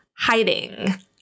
Hiding